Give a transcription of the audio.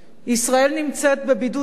ישראל נמצאת בבידוד עמוק,